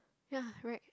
ya right